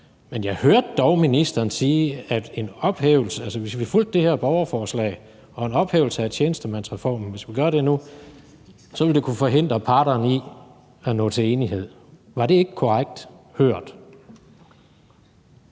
Men jeg hørte dog ministeren sige, at det, hvis vi fulgte det her borgerforslag og ophævede tjenestemandsreformen nu, ville kunne forhindre parterne i at nå til enighed. Er det ikke korrekt hørt?